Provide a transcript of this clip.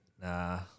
Nah